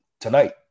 tonight